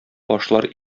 башлар